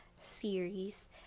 series